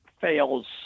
fails